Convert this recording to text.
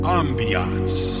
ambiance